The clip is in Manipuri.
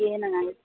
ꯀꯦꯅꯉꯥꯏ